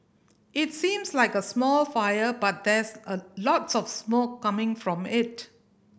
it seems like a small fire but there's a lots of smoke coming from it